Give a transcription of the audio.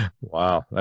Wow